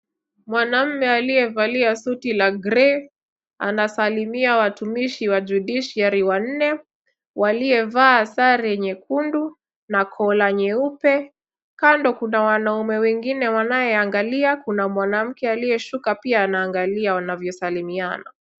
Mwanaume aliyevalia suti la gray anasalimia watumishi wa judiciary wanne waliovaa sare nyekundu na collar nyeupe. Kando kuna wanaume wengine wanaoangalia na pia kuna mwanawake aliyesuka pia anaangalia wanavyosalimiania.